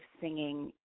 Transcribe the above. singing